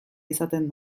izaten